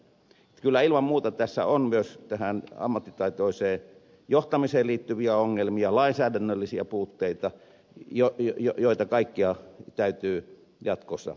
mutta kyllä ilman muuta tässä on myös tähän ammattitaitoiseen johtamiseen liittyviä ongelmia lainsäädännöllisiä puutteita joita kaikkia täytyy jatkossa korjata